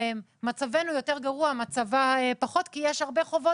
מצבנו יותר גרוע ומצבה פחות כי יש הרבה חובות